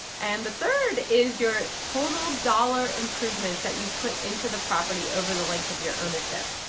and the third is your total dollar improvements that you've put into the property over the length of your ownership.